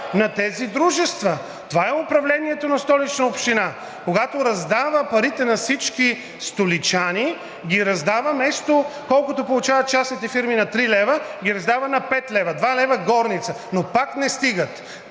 на тези дружества – това е управлението на Столична община, когато раздава парите на всички столичани, ги раздава – колкото получават частните фирми на три лева, ги раздава на пет лева – два лева горница, но пак не стигат.